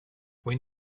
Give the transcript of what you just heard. when